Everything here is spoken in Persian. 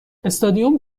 استادیوم